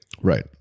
right